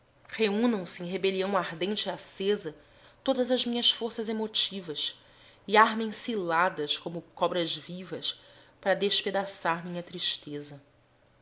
reúnam se em rebelião ardente e acesa todas as minhas forças emotivas e armem ciladas como cobras vivas para despedaçar minha tristeza